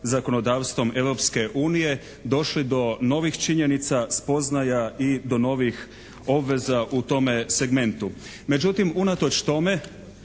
zakonodavstvom Europske unije došli do novih činjenica, spoznaja i do novih obveza u tome segmentu. Međutim unatoč tome